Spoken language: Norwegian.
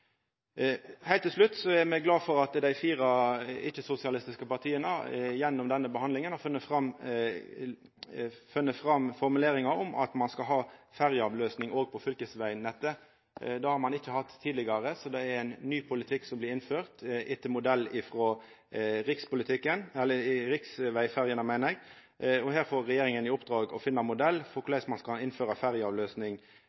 Heilt til slutt er me glade for at dei fire ikkje-sosialistiske partia gjennom denne behandlinga har funne fram formuleringar om at ein skal ha ferjeavløysing òg på fylkesvegnettet. Det har ein ikkje hatt tidlegare, så det er ein ny politikk som blir innført, etter modell frå riksvegferjene. Her får regjeringa i oppdrag å finna ein modell for